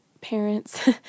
parents